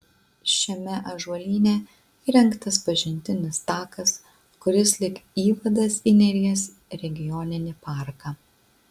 šiame ąžuolyne įrengtas pažintinis takas kuris lyg įvadas į neries regioninį parką